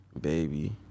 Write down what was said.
Baby